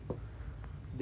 they will be